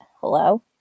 hello